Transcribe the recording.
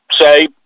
say